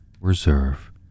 reserve